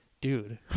dude